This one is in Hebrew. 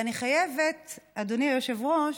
ואני חייבת, אדוני היושב-ראש,